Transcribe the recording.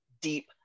deep